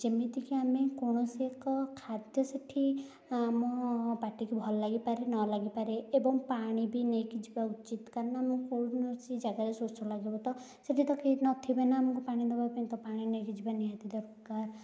ଯେମିତିକି ଆମେ କୌଣସି ଏକ ଖାଦ୍ୟ ସେଇଠି ଆମ ପାଟିକି ଭଲ ଲାଗିପାରେ ନଲାଗିପାରେ ଏବଂ ପାଣି ବି ନେଇକି ଯିବା ଉଚିତ କାରଣ ଆମେ କୌଣସି ଜାଗାରେ ଶୋଷ ଲାଗିବା ତ ସେଇଠି ତ କେହି ନଥିବେ ନା ଆମକୁ ପାଣି ଦେବାପାଇଁ ତ ପାଣି ନେଇକି ଯିବା ନିହାତି ଦରକାର